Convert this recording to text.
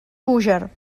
búger